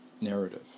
narrative